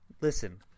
listen